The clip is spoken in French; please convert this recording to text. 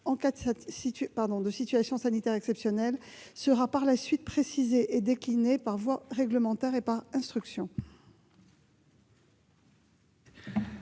en cas de situation sanitaire exceptionnelle, seront précisées et déclinées par voie réglementaire et d'instruction.